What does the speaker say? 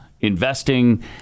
investing